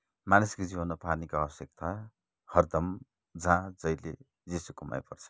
मानिसको जीवनमा पानीको आवश्यकता हरदम जहाँ जहिले जेसुकैमा पर्छ